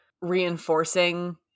reinforcing